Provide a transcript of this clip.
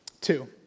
Two